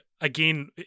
Again